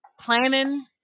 planning